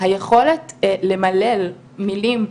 היכולת למלל מילים,